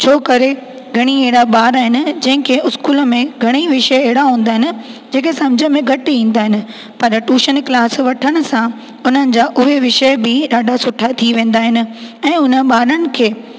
छो करे घणेई अहिड़ा ॿार आहिनि जंहिंखे इस्कूल में घणेई विषय अहिड़ा हूंदा आहिनि जेके समुझ में घटि ईंदा आहिनि पर टूशन क्लास वठण सां उन्हनि जा उहे विषय बि ॾाढा सुठा थी वेंदा आहिनि ऐं हुन ॿारनि खे